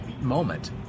moment